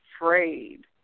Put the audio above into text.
afraid